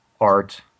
art